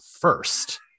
first